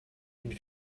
une